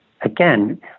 again